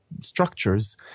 structures